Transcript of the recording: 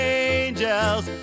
angels